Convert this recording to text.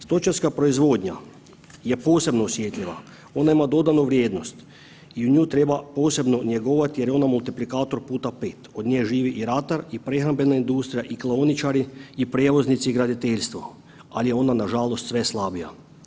Stočarska proizvodnja je posebno osjetljiva, ona ima dodanu vrijednost i nju treba posebno njegovati jer je ona multiplikator puta 5 od nje živi i ratar i prehrambena industrija i klaoničari i prijevoznici i graditeljstvo, ali je ona nažalost sve slabija.